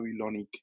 Babylonic